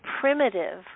primitive